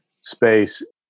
space